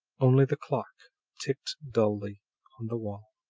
only the clock ticked dully on the wall.